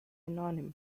synonym